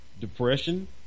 Depression